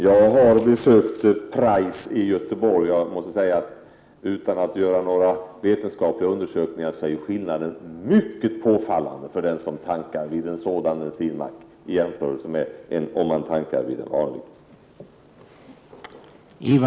Jag har besökt Prajs i Göteborg och måste säga — utan att ha gjort några vetenskapliga undersökningar — att skillnaden är mycket påfallande om man tankar vid en sådan bensinmack i jämförelse med om man tankar vid en vanlig mack.